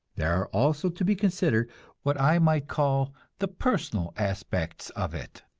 there are also to be considered what i might call the personal aspects of it.